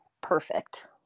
perfect